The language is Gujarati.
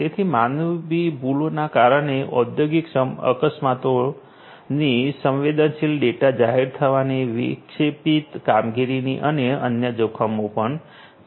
તેથી માનવી ભૂલોના કારણે ઔદ્યોગિક અકસ્માતોની સંવેદનશીલ ડેટા જાહેર થવાની વિક્ષેપિત કામગીરીની અને અન્ય જોખમો પણ છે